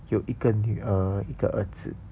有一个女儿一个儿子